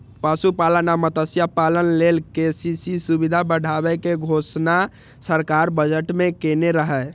पशुपालन आ मत्स्यपालन लेल के.सी.सी सुविधा बढ़ाबै के घोषणा सरकार बजट मे केने रहै